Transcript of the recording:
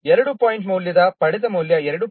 2 point ಮೌಲ್ಯದ ಪಡೆದ ಮೌಲ್ಯ 2